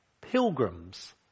pilgrims